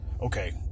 okay